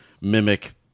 mimic